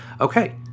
Okay